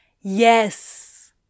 Yes